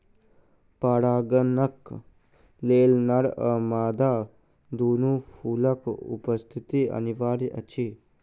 परागणक लेल नर आ मादा दूनू फूलक उपस्थिति अनिवार्य अछि